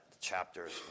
chapters